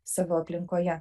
savo aplinkoje